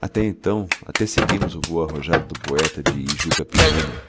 até então até seguirmos o vôo arrojado do poeta de uca irama